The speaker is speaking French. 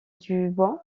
dubois